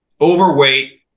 overweight